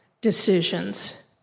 decisions